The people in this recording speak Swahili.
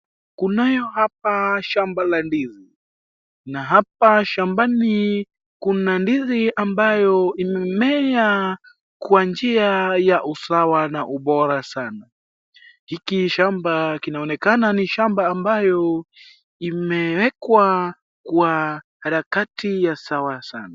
Kunayo hapa shamba la ndizi na hapa shambani kuna ndizi ambayo imemea kwa njia ya usawa na ubora sana. Hiki shamba kinaonekana ni shamba ambayo imewekwa kwa harakati ya sawa sana.